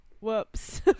whoops